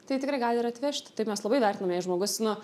tai tikrai gali ir atvežti tai mes labai vertinam jei žmogus nu